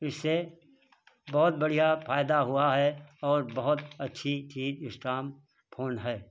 इससे बहुत बढ़िया फ़ायदा हुआ है और बहुत अच्छी चीज़ स्टाम्प फोन है